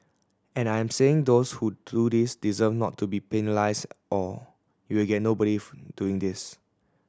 and I am saying those who do this deserve not to be penalised or you will get nobody doing this